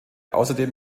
außerdem